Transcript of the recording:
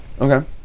okay